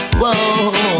whoa